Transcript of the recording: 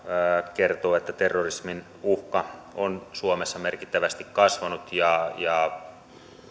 kertoo että terrorismin uhka on suomessa merkittävästi kasvanut ja ja